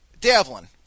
Davlin